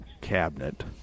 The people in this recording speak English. cabinet